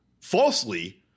falsely